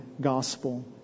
gospel